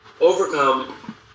overcome